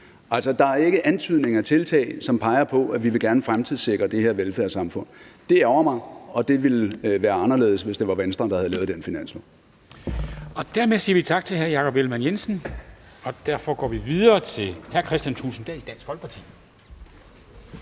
der er ikke antydninger af tiltag, som peger på, at vi gerne vil fremtidssikre det her velfærdssamfund. Det ærgrer mig, og det ville være anderledes, hvis det var Venstre, der havde lavet den finanslov.